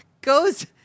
goes